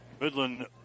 Midland